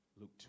Luke